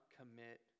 commit